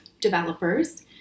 developers